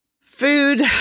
Food